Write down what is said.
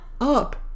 up